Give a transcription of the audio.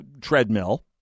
treadmill